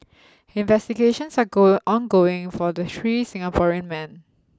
investigations are ongoing for the three Singaporean men